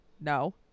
no